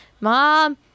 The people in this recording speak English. mom